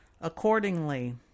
Accordingly